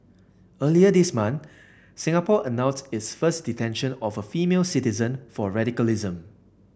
earlier this month Singapore announced its first detention of a female citizen for radicalism